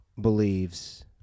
believes